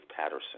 Patterson